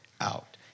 out